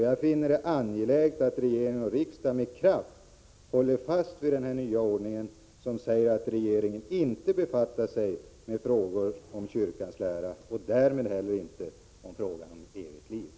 Jag finner det angeläget att regering och riksdag med kraft håller fast vid den nya ordningen, som säger att regeringen inte befattar sig med frågor om kyrkans lära och därmed inte heller med frågan om ett evigt liv.